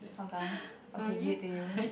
Hougang okay give it to you